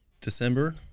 December